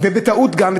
ובטעות גם,